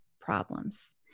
problems